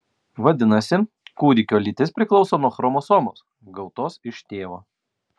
vadinasi kūdikio lytis priklauso nuo chromosomos gautos iš tėvo